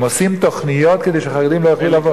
הם עושים תוכניות כדי שהחרדים לא יוכלו לבוא.